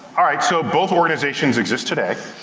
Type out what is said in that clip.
ah right. so, both organizations exist today.